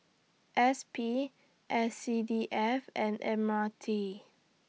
S P S C D F and M R T